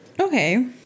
Okay